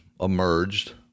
emerged